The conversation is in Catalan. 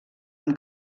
amb